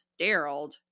Daryl